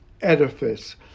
edifice